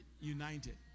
United